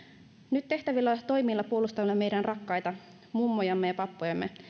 nyt tehtävillä toimilla puolustamme meidän rakkaita mummojamme ja pappojamme